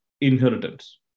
inheritance